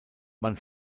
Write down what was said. man